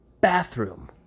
bathroom